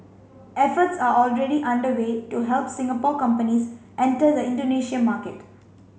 efforts are already underway to help Singapore companies enter the Indonesia market